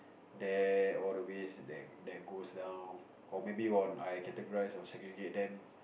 there all the ways that goes down or maybe I categorize or segregate them